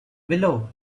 below